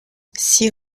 six